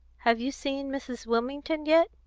have you seen mrs. wilmington yet?